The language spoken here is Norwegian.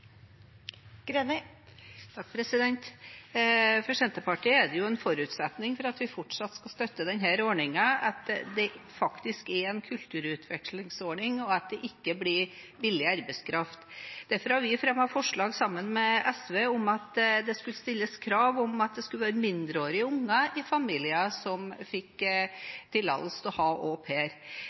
det en forutsetning for at vi fortsatt skal støtte denne ordningen, at det faktisk er en kulturutvekslingsordning, og at det ikke blir billig arbeidskraft. Derfor har vi fremmet forslag sammen med SV om at det skal stilles krav om at det skal være mindreårige unger i familier som får tillatelse til å ha